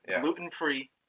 gluten-free